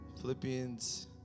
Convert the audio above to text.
Philippians